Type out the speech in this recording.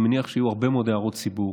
אני מניח שיהיו הרבה מאוד הערות ציבור